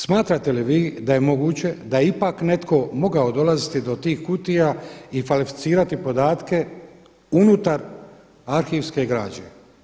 Smatrate li vi da je moguće da je ipak netko mogao dolaziti do tih kutija i falsificirati podatke unutar arhivske građe?